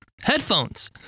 headphones